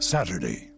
Saturday